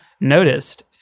noticed